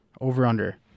over-under